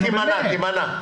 אתה תימנע.